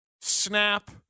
snap